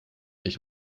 ich